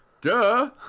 Duh